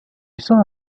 saw